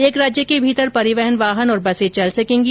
एक राज्य के भीतर परिवहन वाहन और बसें चल सकेंगी